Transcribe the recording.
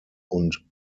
und